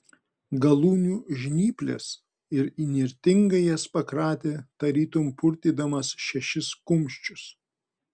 galūnių žnyples ir įnirtingai jas pakratė tarytum purtydamas šešis kumščius